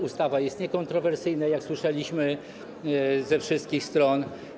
Ustawa jest niekontrowersyjna, jak słyszeliśmy ze wszystkich stron.